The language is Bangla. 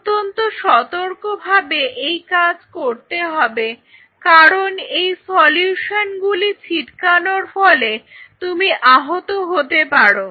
অত্যন্ত সতর্কভাবে এই কাজ করতে হবে কারণ এই সলিউশন গুলি ছিটকানোর ফলে তুমি আহত হতে পারো